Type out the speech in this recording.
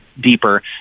deeper